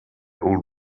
old